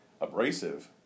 abrasive